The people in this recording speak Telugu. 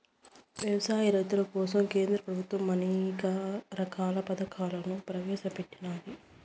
వ్యవసాయ రైతుల కోసం కేంద్ర ప్రభుత్వం అనేక రకాల పథకాలను ప్రవేశపెట్టినాది